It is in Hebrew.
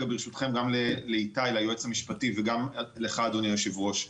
גם ליועץ המשפטי וגם לך אדוני היושב ראש.